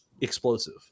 explosive